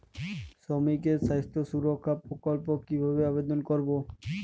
শ্রমিকের স্বাস্থ্য সুরক্ষা প্রকল্প কিভাবে আবেদন করবো?